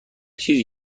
چیزی